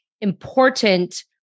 important